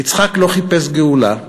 יצחק לא חיפש גאולה,